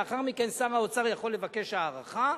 ולאחר מכן שר האוצר יכול לבקש הארכה,